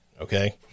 Okay